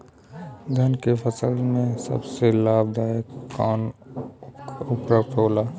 धान के फसल में सबसे लाभ दायक कवन उर्वरक होला?